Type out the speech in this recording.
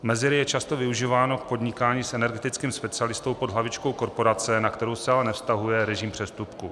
Mezery je často využíváno k podnikání s energetickým specialistou pod hlavičkou korporace, na kterou se ale nevztahuje režim přestupku.